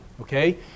okay